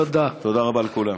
תודה רבה לכולם.